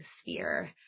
sphere